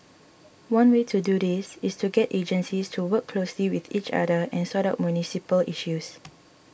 one way to do this is to get agencies to work closely with each other and sort out municipal issues